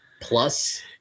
Plus